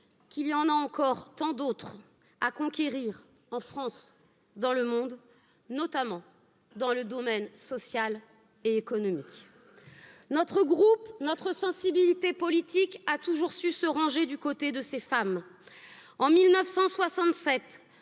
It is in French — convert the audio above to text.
qu'il y en a encore tant d'autres à conquérir en france dans le monde notamment dans le domaine social et économique notre groupe notre sensibilité politique a toujours su se ranger du côté de ces femmes en mille